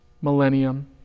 millennium